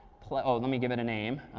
let let me give it a name.